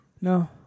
No